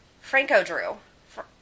Franco-Drew